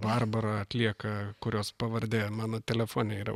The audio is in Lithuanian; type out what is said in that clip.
barbara atlieka kurios pavardė mano telefone yra